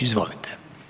Izvolite.